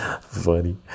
funny